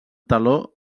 taló